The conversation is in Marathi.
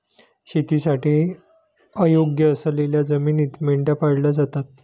शेतीसाठी अयोग्य असलेल्या जमिनीत मेंढ्या पाळल्या जातात